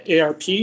ARP